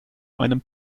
einem